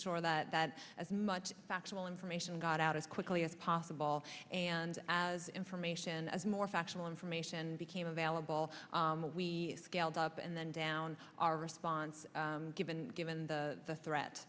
sure that that as much factual information got out as quickly as possible and as information as more factual information became available we scaled up and then down our response given given the threat t